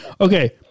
Okay